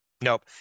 nope